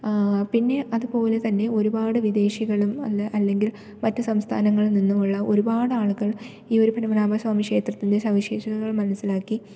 പിന്നെ അതുപോലെ തന്നെ ഒരുപാട് വിദേശികളും അല്ല അല്ലെങ്കിൽ മറ്റ് സംസ്ഥാനങ്ങളിൽ നിന്നുമുള്ള ഒരുപാട് ആളുകൾ ഈയൊരു പത്മനാഭസ്വാമി ക്ഷേത്രത്തിലെ സവിശേഷതകൾ മനസ്സിലാക്കി